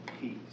peace